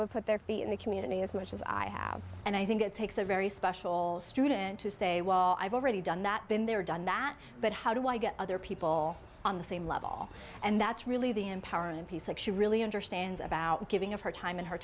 would put their feet in the community as much as i have and i think it takes a very special student to say well i've already done that been there done that but how do i get other people on the same level and that's really the empowering piece and she really understands about giving of her time and her